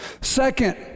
second